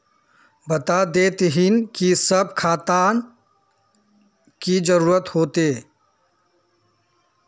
बता देतहिन की सब खापान की जरूरत होते?